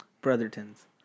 Brotherton's